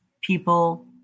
people